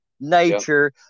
nature